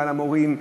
על המורים,